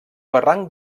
barranc